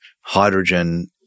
hydrogen